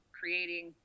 creating